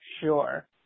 sure